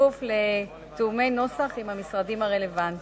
בכפוף לתיאומי נוסח עם המשרדים הרלוונטיים.